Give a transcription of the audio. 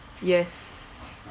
yes